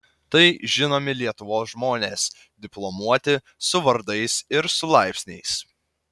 tai žinomi lietuvos žmonės diplomuoti su vardais ir su laipsniais